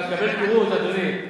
עכשיו תקבל פירוט, אדוני.